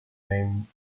name